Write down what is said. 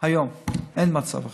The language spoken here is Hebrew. היום, אין מצב אחר.